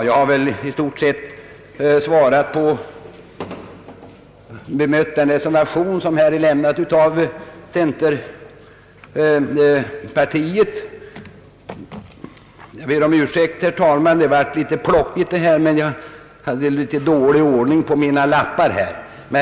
Jag har i stort sett bemött den reservation som här har avgivits av centerpartiet. Jag ber herr talmannen om ursäkt för att mitt anförande har blivit väl plockigt men det beror på att jag haft lite dålig ordning på mina »lappar».